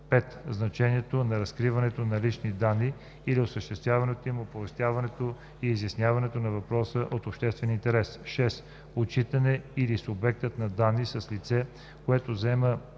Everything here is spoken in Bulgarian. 5. значението на разкриването на лични данни или общественото им оповестяване за изясняването на въпрос от обществен интерес; 6. отчитане дали субектът на данни е лице, което заема